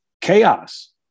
chaos